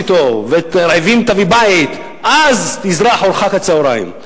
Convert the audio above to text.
ורעבים תביא בית אז יזרח אורך כצהריים.